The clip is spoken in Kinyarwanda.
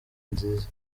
nziza